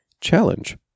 challenge